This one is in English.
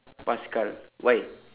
pascal why